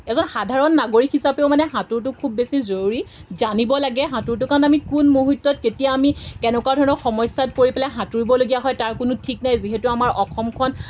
এজন সাধাৰণ নাগৰিক হিচাপেও মানে সাঁতোৰটোক খুব বেছি জৰুৰী জানিব লাগে সাঁতোৰটো কাৰণে আমি কোন মুহূৰ্তত কেতিয়া আমি কেনেকুৱা ধৰণৰ সমস্যাত পৰি পেলাই সাঁতুৰিবলগীয়া হয় তাৰ কোনো ঠিক নাই যিহেতু আমাৰ অসমখন